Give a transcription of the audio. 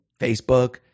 facebook